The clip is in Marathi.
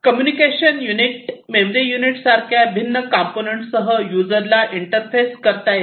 कम्युनिकेशन युनिट मेमरी युनिट सारख्या भिन्न कंपोनेंटसह यूजरला इंटरफेस करता येते